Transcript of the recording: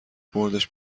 بردش